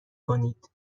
کنید